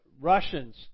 Russians